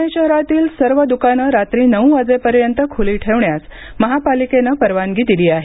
पुणे शहरातील सर्व दुकानं रात्री नऊ वाजेपर्यंत खुली ठेवण्यास महापालिकेनं परवानगी दिली आहे